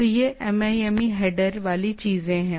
तो ये MIME header वाली चीजें हैं